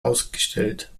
ausgestellt